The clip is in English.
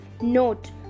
Note